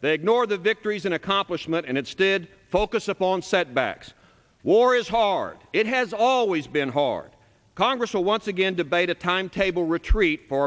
they ignore the victories in accomplishment and it's did focus upon setbacks war is hard it has always been hard congress will once again debate a timetable retreat for